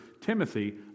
Timothy